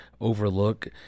overlook